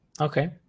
Okay